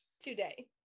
today